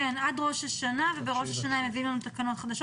עד ראש השנה ובראש השנה יביאו לנו תקנות חדשות